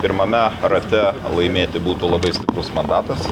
pirmame rate laimėti būtų labai stiprus mandatas